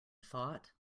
thought